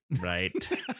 Right